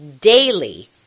daily